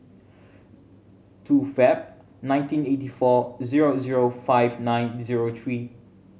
two Feb nineteen eighty four zero zero five nine zero three